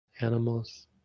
animals